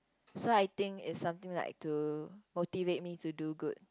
so I think it's something like to motivate me to do good